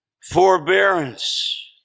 forbearance